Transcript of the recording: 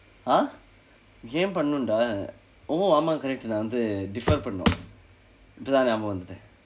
ah game பண்ணனும்:pannanum dah oh ஆமாம்:aamaam correct தான் வந்து:thaan vandthu defer பண்ணனும் இப்பதான் ஞாபகம் வந்தது:pannanum ippathaan nyapakam vandthathu